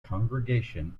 congregation